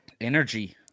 Energy